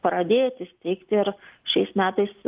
pradėti steigti ir šiais metais